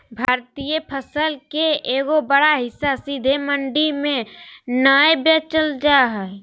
भारतीय फसल के एगो बड़ा हिस्सा सीधे मंडी में नय बेचल जा हय